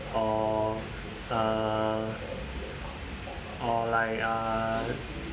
or uh or like uh